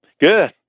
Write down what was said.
Good